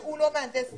שהוא לא מהנדס טוב.